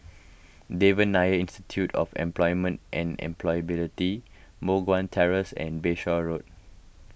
Devan Nair Institute of Employment and Employability Moh Guan Terrace and Bayshore Road